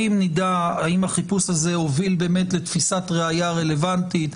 האם נדע אם החיפוש הזה הוביל באמת לתפיסת ראיה רלוונטית?